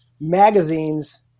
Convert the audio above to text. magazines